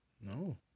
No